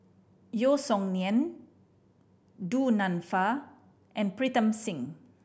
Yeo Song Nian Du Nanfa and Pritam Singh